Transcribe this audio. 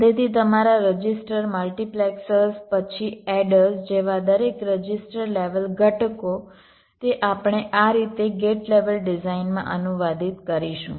તેથી તમારા register multiplexers પછી એડર્સ જેવા દરેક રજિસ્ટર લેવલ ઘટકો તે આપણે આ રીતે ગેટ લેવલ ડિઝાઇનમાં અનુવાદિત કરીશું